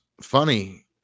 funny